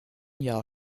jahr